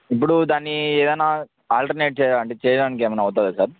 ఇప్పుడు దాన్ని ఏదన్నా ఆల్టర్నేట్ చే అంటే చేయడానికి ఏమన్నా అవుతాదా సార్